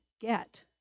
get